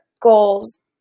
goals